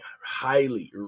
highly